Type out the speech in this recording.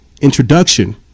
introduction